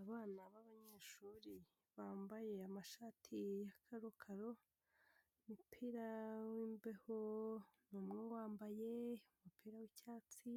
Abana b'abanyeshuri, bambaye amashati ya kakaro, umupira w'imbeho ni umwe wambaye, umupira w'icyatsi,